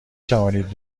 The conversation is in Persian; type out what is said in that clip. توانید